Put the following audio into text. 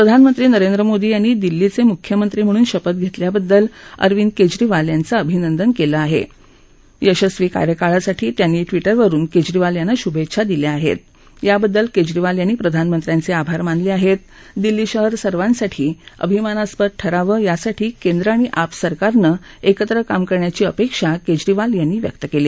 प्रधानमंत्री नरेंद्र मोदी यांनी दिल्ली मुख्यमंत्री म्हणून शपथ घर्तक्रियाबद्दल अरविंद कज्जरीवाल यांच अभिनंदन कळिआह प्रशस्वी कार्यकाळासाठी प्रधानमंत्र्यांनी ट्विट करून क्जरीवाल यांना शुभछ्छा दिल्या आहह्त याबद्दल क्जरीवाल यांनी प्रधानमंत्र्यांव आभार मानल आहप्ती दिल्लीशहर सर्वांसाठी अभिमानास्पद ठरावव्रिसाठी केंद्र आणि आप सरकारन क्रिकेत्र काम करण्याची अपध्याही कज्जरीवाल यांनी व्यक्त क्ली